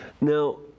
Now